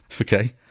Okay